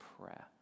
prayer